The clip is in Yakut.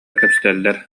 кэпсэтэллэр